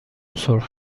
سرخ